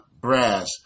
brass